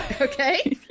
Okay